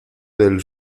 del